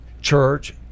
church